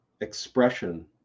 expression